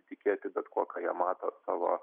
tikėti bet kuo ką jie mato savo